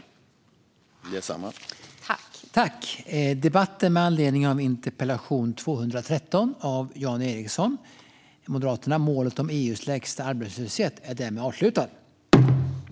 : Tack detsamma!)